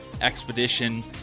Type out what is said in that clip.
expedition